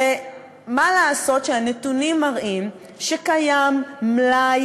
ומה לעשות שהנתונים מראים שקיים מלאי